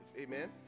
Amen